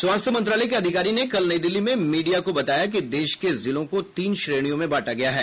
स्वास्थ्य मंत्रालय के अधिकारी ने कल नई दिल्ली में मीडिया को बताया कि देश के जिलों को तीन श्रेणियों में बांटा गया है